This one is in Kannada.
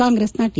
ಕಾಂಗ್ರೆಸ್ನ ಟಿ